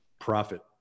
profit